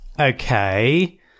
Okay